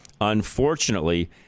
Unfortunately